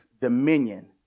Dominion